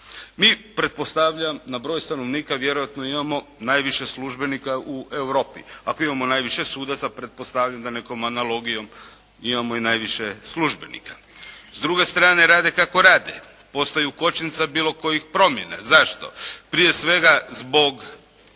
Mi pretpostavljam, na broj stanovnika vjerojatno imamo najviše službenika u Europi, ako imamo najviše sudaca, pretpostavljam da nekom analogijom imamo i najviše službenika. S druge strane rade kako rade, postaju kočnica bilo kojih promjena. Zašto? Prije svega zbog neprovedivih